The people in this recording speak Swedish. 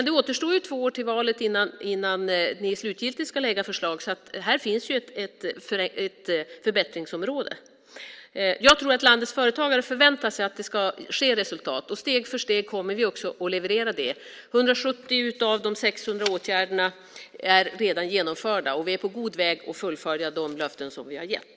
Det återstår två år till valet innan ni slutgiltigt ska lägga fram förslag. Här finns ett förbättringsområde. Jag tror att landets företagare förväntar sig att det ska bli resultat. Steg för steg kommer vi att leverera det. 170 av de 600 åtgärderna är redan genomförda. Vi är på god väg att fullfölja de löften vi har gett.